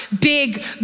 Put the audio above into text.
big